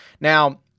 Now